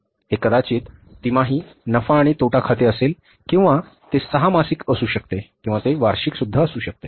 हे कदाचित तिमाही नफा आणि तोटा खाते असेल किंवा ते 6 मासिक असू शकते किंवा ते वार्षिक असू शकते